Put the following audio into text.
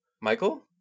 Michael